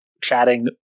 chatting